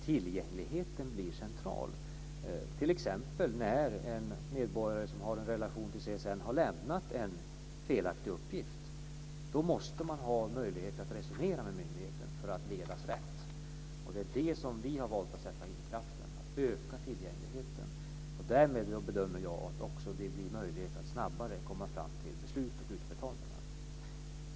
Tillgängligheten blir central t.ex. när en medborgare som har en relation till CSN har lämnat en felaktig uppgift. Då måste man ha möjlighet att resonera med myndigheten för att ledas rätt. Det är det som vi har valt att sätta in kraften på - på att öka tillgängligheten. Därmed bedömer jag att det också blir möjligt att snabbare komma fram till beslut och utbetalningar.